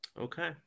Okay